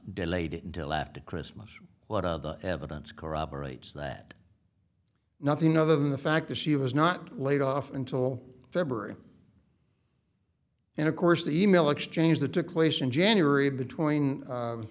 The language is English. delayed it until after christmas a lot of the evidence corroborates that nothing other than the fact that she was not laid off until february and of course the e mail exchange that took place in january between